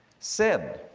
said,